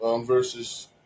versus